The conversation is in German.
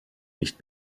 nicht